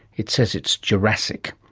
it says it's jurassic.